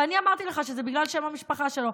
ואני אמרתי לך שזה בגלל שם המשפחה שלו,